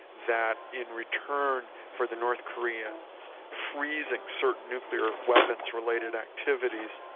that in return for the north koreans freezing certain nuclear weapons related activities,